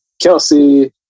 Kelsey